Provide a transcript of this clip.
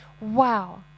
Wow